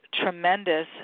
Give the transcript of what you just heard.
tremendous